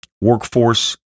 workforce